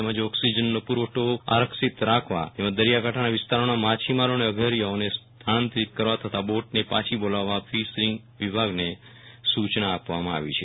તેમજે ઓક્સિજનનો પુ રવઠો આરક્ષિત રાખવા દરિયાકાંઠા વિસ્તારના માંછીમારો અને અગરીયાઓને સ્થળાતરીત કરવા તથા બોટને પાછી બોલવવા ફિશરીંગી વિભાગને સું ચના અપાઈ છે